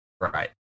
Right